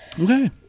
okay